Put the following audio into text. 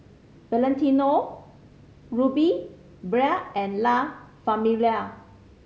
Valentino Rudy Bia and La Famiglia